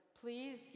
Please